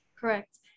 Correct